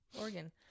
Oregon